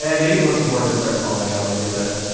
yeah maybe once more of it starts falling out i'll do that.